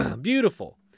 beautiful